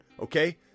Okay